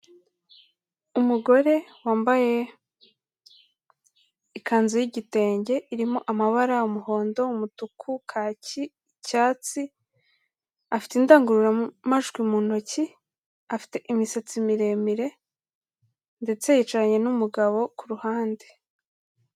Umugore wambaye ikanzu y'igitenge irimo amabara umuhondo, umutuku, kaki, icyatsi, afite indangururamajwi mu ntoki, afite imisatsi miremire ndetse yicaranye n'umugabo ku ruhande.